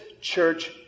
church